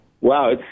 Wow